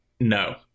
no